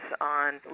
on